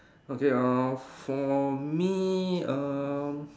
okay uh for me err